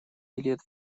билет